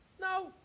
No